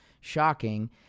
shocking